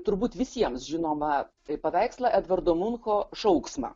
turbūt visiems žinomą tai paveikslą edvardo munko šauksmą